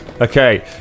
Okay